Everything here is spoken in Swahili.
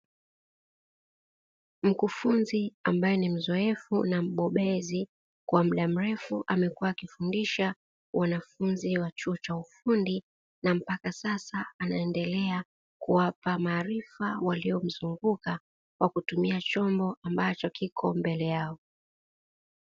Mkufunzi ambaye ni mzoefu na mbobezi kwa muda mrefu, amekuwa akifundisha wanafunzi wa chuo cha ufundi, na mpaka sasa anaendelea kuwapa maarifa waliomzunguka, kwa kutumia chombo ambacho kiko mbele yao.